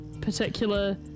particular